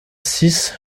six